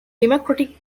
democratic